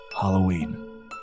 Halloween